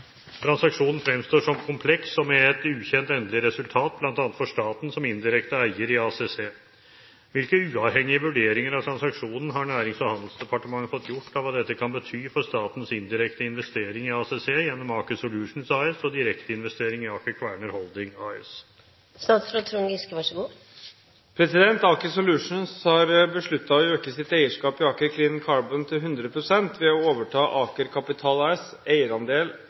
Transaksjonen fremstår som kompleks og med et ukjent endelig resultat bl.a. for staten som indirekte eier i ACC. Hvilke uavhengige vurderinger av transaksjonen har Nærings- og handelsdepartementet fått gjort av hva dette kan bety for statens indirekte investering i ACC gjennom Aker Solutions og direkte investering i Aker Kværner Holding A/S?» Aker Solutions har besluttet å øke sitt eierskap i Aker Clean Carbon til 100 pst. ved å overta Aker Capital AS’ eierandel